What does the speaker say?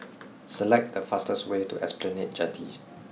select the fastest way to Esplanade Jetty